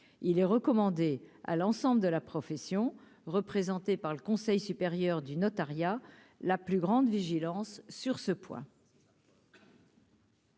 il est recommandé à l'ensemble de la profession, représentée par le Conseil supérieur du notariat, la plus grande vigilance sur ce point.